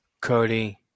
Cody